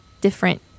different